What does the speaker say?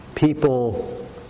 people